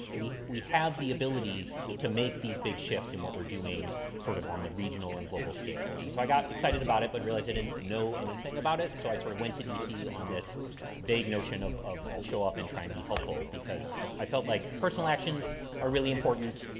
we, we have the ability to make these big shifts in what we're doing sort of on the regional and global scale. and so i got excited about it, but realized i didn't know anything about it. so i sort of went to dc on this big notion of, of all show up and try and be helpful because i felt like personal actions are really important.